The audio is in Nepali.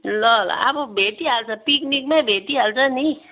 ल ल अब भेटिहाल्छ पिकनिकमै भेटिहाल्छ नि